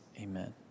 Amen